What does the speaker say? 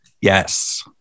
Yes